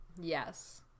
Yes